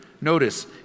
notice